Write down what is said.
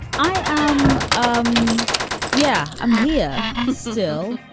i am um yeah, i'm here still,